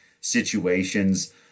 situations